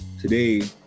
today